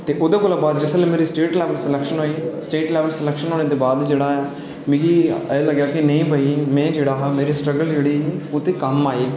ओह्दे शा बद्ध मेरी जिसलै स्टेट लेबल सिलेक्शन होई स्टेट लैवल सिलेक्शन होने दे बाद मिगी एह् लग्गेआ कि नेई भाई में जेह्ड़ा हा मेरी स्ट्रगल जेह्ड़ी ही ओह् मेरे कम्म आई